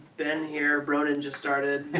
ben here, broden just started.